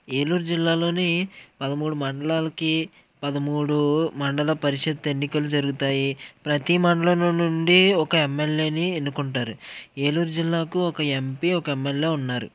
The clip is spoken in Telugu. ఏలూరు జిల్లాలోని పదమూడు మండలాలకి పదమూడు మండల పరిషత్ ఎన్నికలు జరుగుతాయి ప్రతి మండలంలో నుండి ఒక ఎమ్ఎల్ఏని ఎన్నుకుంటారు ఏలూరు జిల్లాకు ఒక ఎంపీ ఒక ఎమ్ఎల్ఏ ఉన్నారు